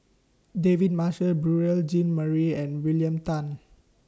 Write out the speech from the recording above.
David Marshall Beurel Jean Marie and William Tan